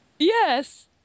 Yes